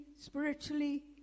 spiritually